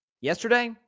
yesterday